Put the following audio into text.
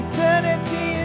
Eternity